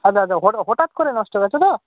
আচ্ছা আচ্ছা হঠাৎ করে নষ্ট হয়ে গেছে তো